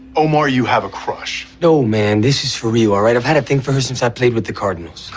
omar, you have a crush? no, man. this is for you. all right. i've had a thing for her since i played with the cardinals.